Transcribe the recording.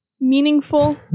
meaningful